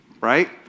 right